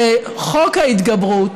חוק ההתגברות,